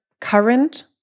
current